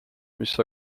mis